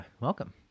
welcome